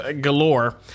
galore